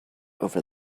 over